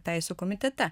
teisių komitete